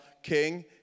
King